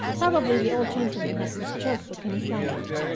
probably the old gentleman has this joke book in his library.